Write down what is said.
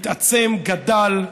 הוא התעצם, גדל,